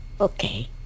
Okay